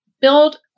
build